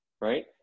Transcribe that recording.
right